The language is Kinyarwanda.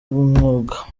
b’umwuga